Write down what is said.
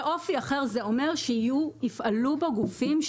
אופי אחר פירושו שיפעלו פה גופים,